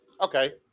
okay